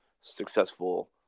successful